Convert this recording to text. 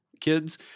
kids